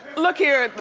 look here.